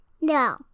No